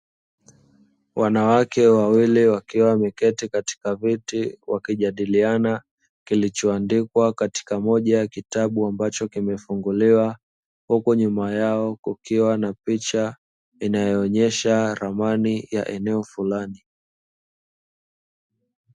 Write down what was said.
Wanawake wawili wakiwa wameketi katika viti wakijadiliana kilichoandikwa katika moja ya kitabu ambacho kimefunguliwa, huku nyuma yao kukiwa na picha inayoonyesha ramani ya eneo fulani.